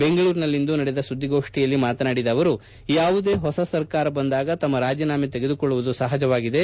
ಬೆಂಗಳೂರಿನಲ್ಲಿಂದು ನಡೆದ ಸುದ್ದಿಗೋಷ್ಠಿಯಲ್ಲಿ ಮಾತನಾಡಿದ ಅವರು ಯಾವುದೇ ಹೊಸ ಸರ್ಕಾರ ಬಂದಾಗ ತಮ್ಮ ರಾಜೀನಾಮ ತೆಗೆದುಕೊಳ್ಳುವುದು ಸಪಜವಾಗಿದೆ